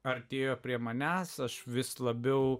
artėjo prie manęs aš vis labiau